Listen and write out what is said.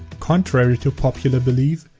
contrary to popular believe,